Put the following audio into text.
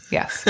Yes